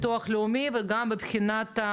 יתרה מזאת,